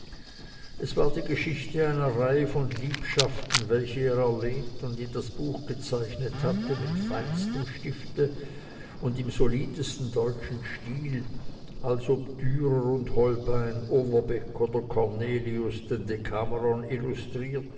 es war die geschichte einer reihe von liebschaften welche er erlebt und in das buch gezeichnet hatte mit feinstem stifte und im solidesten deutschen stil als ob dürer und holbein overbeck oder cornelius den